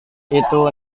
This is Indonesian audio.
itu